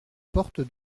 porte